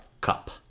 Cup